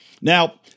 Now